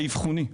האבחוני,